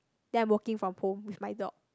then I'm working from home with my dog